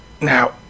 Now